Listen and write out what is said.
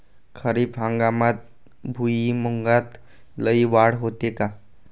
खरीप हंगामात भुईमूगात लई वाढ होते का?